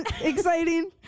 Exciting